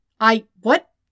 I-what